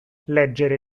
leggere